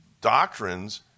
doctrines